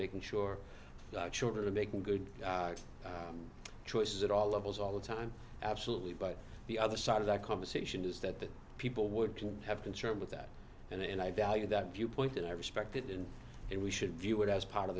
making sure children are making good choices at all levels all the time absolutely but the other side of that conversation is that people would have concern with that and i value that viewpoint and i respect that and and we should view it as part of